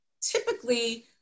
Typically